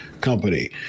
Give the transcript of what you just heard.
company